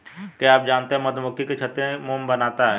क्या आप जानते है मधुमक्खी के छत्ते से मोम बनता है